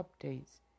updates